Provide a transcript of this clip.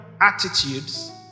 attitudes